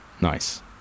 Nice